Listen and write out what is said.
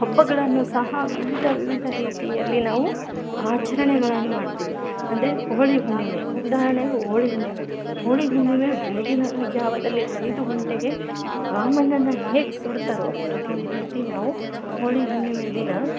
ಹಬ್ಬಗಳನ್ನು ಸಹ ವಿವಿಧ ವಿವಿಧ ರೀತಿಯಲ್ಲಿ ನಾವು ಆಚರಣೆಗಳನ್ನ ಮಾಡ್ತೀವಿ ಅಂದರೆ ಹೋಳಿ ಹುಣ್ಣಿಮೆ ಉದಾಹರಣೆಗ ಹೋಳಿ ಹುಣ್ಣಿಮೆ ಹೋಳಿ ಹುಣ್ಣಿಮೆ ಬೆಳಗಿನ ಜಾವದಲ್ಲಿ ಐದು ಗಂಟೆಗೆ ಕಾಮಣ್ಣನ ಹೇಗೆ ಸುಡ್ತಾರೊ ಅದೇ ರೀತಿ ನಾವು ಹೋಳಿ ಹುಣ್ಣಿಮೆ ದಿನ